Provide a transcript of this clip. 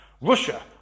Russia